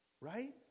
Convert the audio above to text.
Right